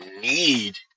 need